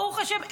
ברוך השם,